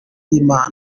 y’imana